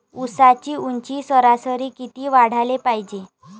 ऊसाची ऊंची सरासरी किती वाढाले पायजे?